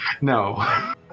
No